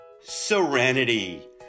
serenity